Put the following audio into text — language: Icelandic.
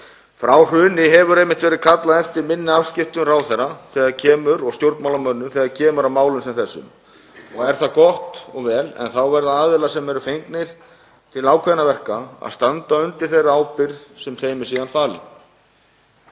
Frá hruni hefur einmitt verið kallað eftir minni afskiptum ráðherra og stjórnmálamanna þegar kemur að málum sem þessum og er það gott og vel. En þá verða aðilar sem eru fengnir til ákveðinna verka að standa undir þeirri ábyrgð sem þeim er síðan falin.